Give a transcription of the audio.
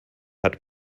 hat